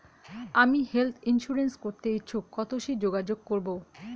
আমি health insurance করতে ইচ্ছুক কথসি যোগাযোগ করবো?